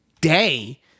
day